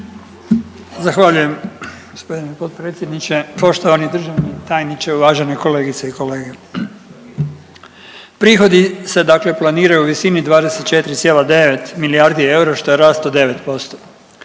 Zahvaljujem g. potpredsjedniče, poštovani državni tajniče, uvažene kolegice i kolege. Prihodi se dakle planiraju u visini 24,9 milijardi eura, što je rast od 9%,